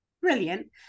Brilliant